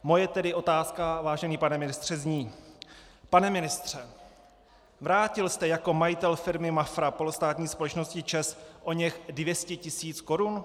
Moje tedy otázka, vážený pane ministře, zní: Pane ministře, vrátil jste jako majitel firmy Mafra polostátní společnosti, ČEZ oněch 200 tisíc korun?